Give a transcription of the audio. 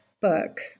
book